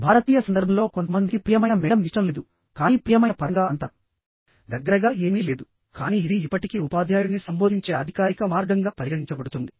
భారతీయ సందర్భంలో కొంతమందికి ప్రియమైన మేడమ్ ఇష్టం లేదు కానీ ప్రియమైన పరంగా అంత దగ్గరగా ఏమీ లేదు కానీ ఇది ఇప్పటికీ ఉపాధ్యాయుడిని సంబోధించే అధికారిక మార్గంగా పరిగణించబడుతుంది